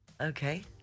Okay